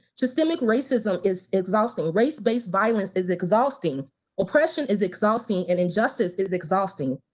systemic racism is exhausting, race based violence is exhausting oppression is exhausting and injustice is exhausting,